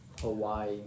Hawaii